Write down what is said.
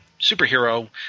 superhero